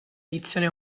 edizione